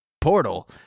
Portal